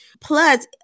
Plus